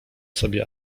sobie